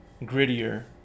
grittier